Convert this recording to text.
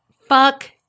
Fuck